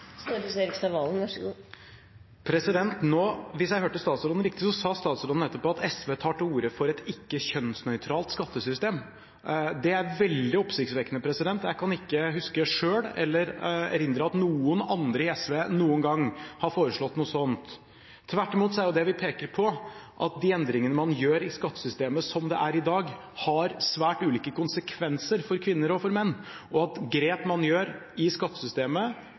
Hvis jeg hørte statsråden riktig, sa statsråden nettopp at SV tar til orde for et ikke-kjønnsnøytralt skattesystem. Det er veldig oppsiktsvekkende. Jeg kan ikke huske selv eller erindre at noen andre i SV noen gang har foreslått noe sånt. Tvert imot er det vi peker på, at de endringene man gjør i skattesystemet som det er i dag, har svært ulike konsekvenser for kvinner og for menn, og at grep man gjør i skattesystemet,